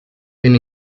been